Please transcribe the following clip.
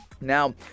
Now